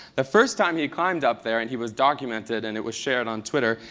the first time he he climbed up there and he was documented and it was shared on twitter,